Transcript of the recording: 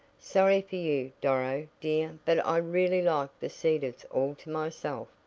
sorry for you, doro, dear, but i really like the cedars all to myself.